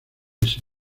ese